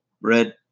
red